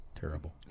Terrible